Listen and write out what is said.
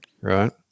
right